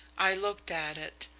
i looked at it,